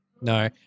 No